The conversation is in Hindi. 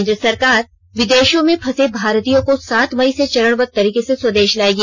केंद्र सरकार विदेशों में फंसे भारतीयों को सात मई से चरणबद्व तरीके से स्वदेश लायेगी